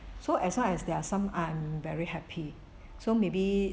so as long as there are some I'm very happy so maybe